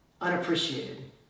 unappreciated